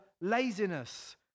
laziness